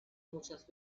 muchas